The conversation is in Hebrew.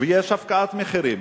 ויש הפקעת מחירים.